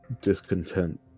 discontent